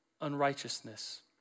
unrighteousness